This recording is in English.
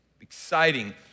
exciting